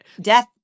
Death